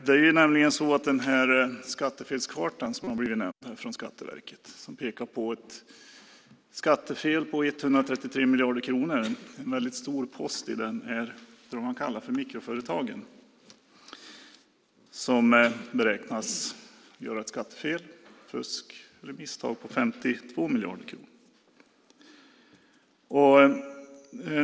Det är nämligen så att i den skattefelskarta från Skatteverket som har nämnts som pekar på ett skattefel på 133 miljarder kronor är en väldigt stor post i det man kallar för mikroföretagen. Där beräknas man göra skattefel, fuska eller göra misstag på 52 miljarder kronor.